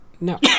no